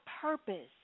purpose